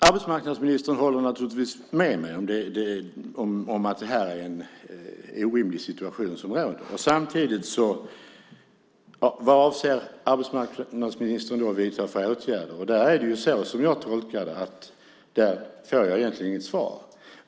Arbetsmarknadsministern håller naturligtvis med mig om att det är en orimlig situation som råder. Men samtidigt undrar jag: Vad avser arbetsmarknadsministern då att vidta för åtgärder? Som jag tolkar det får jag egentligen inget svar.